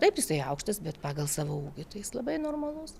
taip jisai aukštas bet pagal savo ūgį tai jis labai normalus